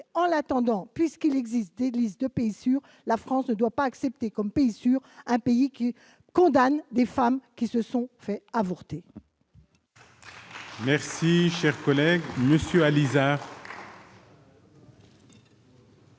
En attendant, puisqu'il existe une liste de pays sûrs, la France ne doit pas accepter dans cette liste un pays qui condamne des femmes qui ont avorté